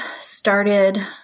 started